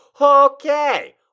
Okay